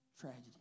tragedy